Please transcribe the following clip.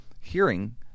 hearing